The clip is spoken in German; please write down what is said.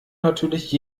natürlich